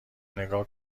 نگاه